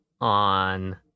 on